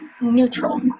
neutral